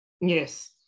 Yes